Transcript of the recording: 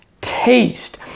taste